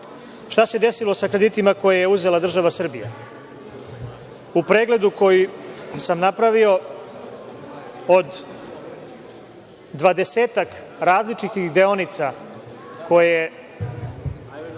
se desilo sa kreditima koje je uzela država Srbije?